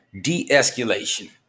De-escalation